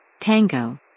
Tango